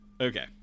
Okay